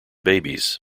babies